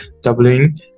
doubling